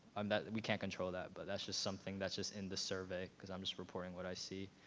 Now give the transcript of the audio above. um that we can't control that. but that's just something that's just in the survey. cause i'm just reporting what i see.